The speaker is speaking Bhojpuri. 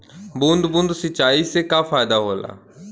बूंद बूंद सिंचाई से का फायदा होला?